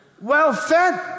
Well-fed